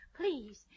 Please